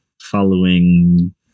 following